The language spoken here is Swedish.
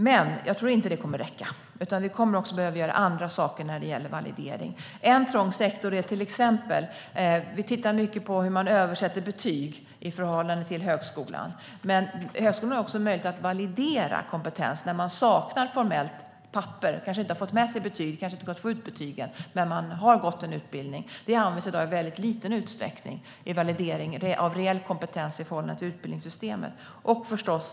Jag tror dock inte att det kommer att räcka, utan vi kommer att behöva göra andra saker när det gäller validering. Vi tittar mycket på hur man översätter betyg i förhållande till högskolan. Det är en trång sektor. Även högskolan har dock möjlighet att validera kompetens när någon har gått en utbildning men saknar formellt papper eller kanske inte har fått med sig eller kunnat få ut betygen. Den möjligheten till validering av reell kompetens i förhållande till utbildningssystemet används i dag i väldigt liten utsträckning.